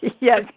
Yes